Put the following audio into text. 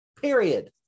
Period